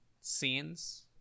scenes